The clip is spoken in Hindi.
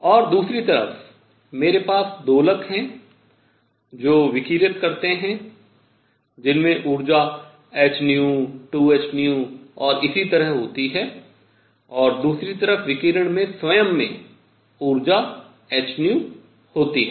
और दूसरी तरफ मेरे पास दोलक हैं जो विकिरित करते हैं जिनमें ऊर्जा hν 2hν और इसी तरह होती है और दूसरी तरफ विकिरण में स्वयं में ऊर्जा hν होती है